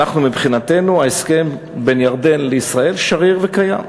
מבחינתנו ההסכם בין ירדן לישראל שריר וקיים.